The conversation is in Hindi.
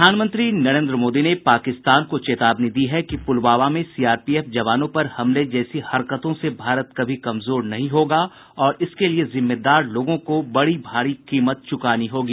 प्रधानमंत्री नरेन्द्र मोदी ने पाकिस्तान को चेतावनी दी है कि प्रलवामा में सीआरपीएफ जवानों पर हमले जैसी हरकतों से भारत कभी कमजोर नहीं होगा और इसके लिए जिम्मेदार लोगों को बड़ी भारी कीमत चुकानी होगी